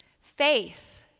Faith